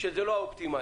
שזה לא האופטימלי.